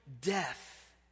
death